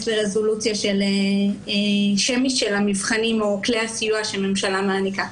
לרזולוציה שמית של המבחנים או כלי הסיוע שהממשלה מעניקה.